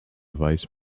vice